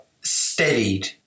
steadied